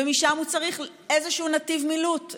ומשם הוא צריך איזשהו נתיב מילוט,